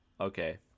Okay